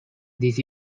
this